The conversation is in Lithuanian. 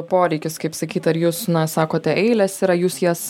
poreikis kaip sakyt ar jūs na sakote eilės yra jūs jas